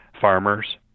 farmers